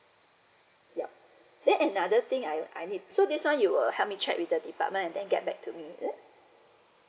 yup then another thing I I need so this one you will help me check with the department and then get back to me is it